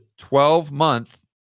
12-month